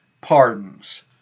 pardons